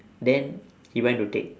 then he went to take